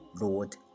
lord